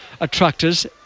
...attractors